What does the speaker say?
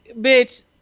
bitch